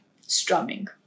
strumming